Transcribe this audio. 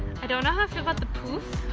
i don't know how i feel about the poof,